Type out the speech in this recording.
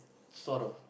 sort of